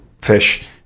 fish